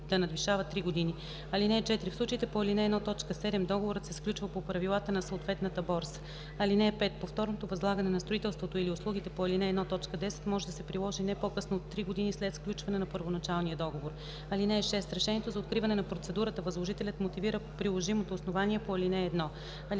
години. (4) В случаите по ал. 1, т. 7 договорът се сключва по правилата на съответната борса. (5) Повторното възлагане на строителството или услугите по ал. 1, т. 10 може да се приложи не по-късно от три години след сключване на първоначалния договор. (6) С решението за откриване на процедурата възложителят мотивира приложимото основание по ал. 1. (7)